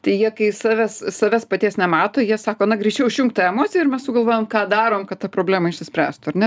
tai jie kai savęs savęs paties nemato jie sako na greičiau išjunk tą emociją ir mes sugalvojam ką darom kad ta problema išsispręstų ar ne